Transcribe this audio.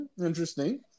Interesting